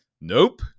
Nope